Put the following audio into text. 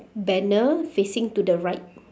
banner facing to the right